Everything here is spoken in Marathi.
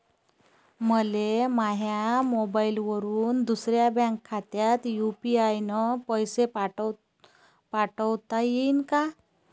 मले माह्या मोबाईलवरून दुसऱ्या बँक खात्यात यू.पी.आय न पैसे पाठोता येईन काय?